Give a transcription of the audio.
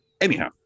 Anyhow